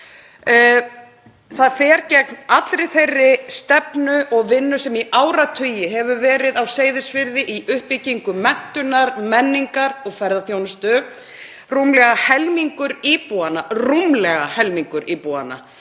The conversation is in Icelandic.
Það fer gegn allri þeirri stefnu og vinnu sem í áratugi hefur verið á Seyðisfirði í uppbyggingu menntunar, menningar og ferðaþjónustu. Rúmlega helmingur íbúanna,